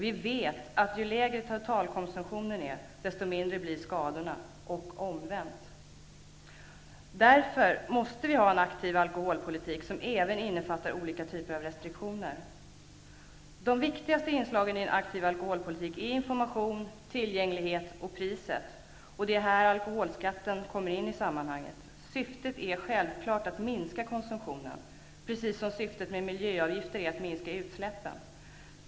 Vi vet att ju lägre totalkonsumtionen är desto mindre blir skadorna och omvänt. Därför måste vi ha en aktiv alkoholpolitik som även innefattar olika typer av restriktioner. De viktigaste inslagen i en aktiv alkoholpolitik är information, tillgänglighet och priset. Det är här alkoholskatten kommer in i sammanhanget. Syftet är självfallet att minska konsumtionen, precis som syftet med miljöavgifter är att minska utsläppen.